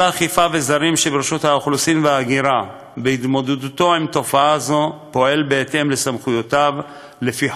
מינהל אכיפה וזרים שברשות האוכלוסין וההגירה פועל בהתאם לסמכויותיו לפי